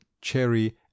cherry